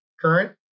Current